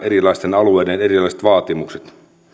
erilaisten alueiden erilaiset vaatimukset